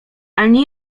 ani